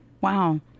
Wow